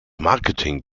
marketing